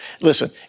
Listen